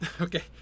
Okay